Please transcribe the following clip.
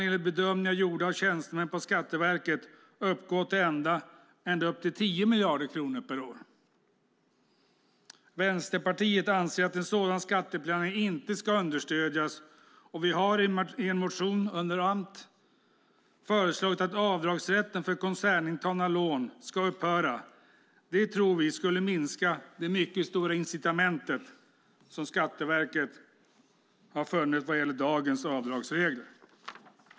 Enligt bedömningar gjorda av tjänstemän på Skatteverket kan det uppgå till 10 miljarder kronor per år. Vänsterpartiet anser att sådan skatteplanering inte ska understödjas, och vi har i en motion under den allmänna motionstiden föreslagit att avdragsrätten för koncerninterna lån ska upphöra. Det tror vi skulle minska det mycket stora incitament som Skatteverket har funnit i dagens avdragsregler.